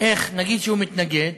איך, נגיד שהוא מתנגד?